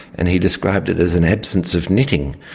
and he described it as an absence of knitting.